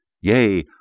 yea